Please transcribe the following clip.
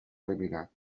eliminat